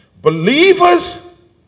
Believers